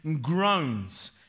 groans